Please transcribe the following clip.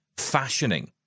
Fashioning